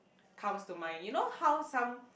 comes to mind you know how some